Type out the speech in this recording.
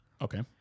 Okay